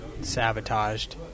sabotaged